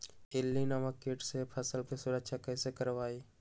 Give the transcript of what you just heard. इल्ली नामक किट से फसल के सुरक्षा कैसे करवाईं?